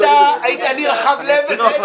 אני רחב לב.